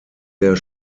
der